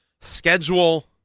schedule